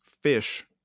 fish